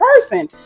person